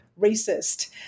racist